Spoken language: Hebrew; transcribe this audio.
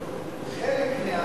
חלק,